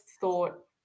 thought